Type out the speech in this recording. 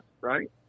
right